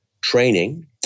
training